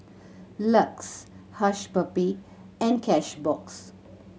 LUX Hush Puppy and Cashbox